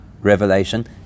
Revelation